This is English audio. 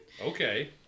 okay